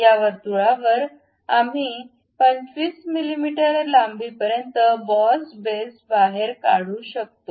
या वर्तुळावर आम्ही 25 मिमी लांबीपर्यंत बॉस बेस बाहेर काढू शकतो